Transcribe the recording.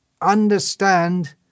understand